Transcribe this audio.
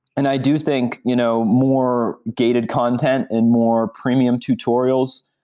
and i do think you know more gated content and more premium tutorials,